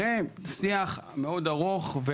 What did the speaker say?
אחרי שיח מאוד ארוך,